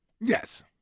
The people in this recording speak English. Yes